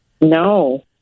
No